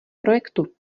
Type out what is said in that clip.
projektu